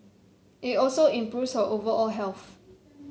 it also improves her overall health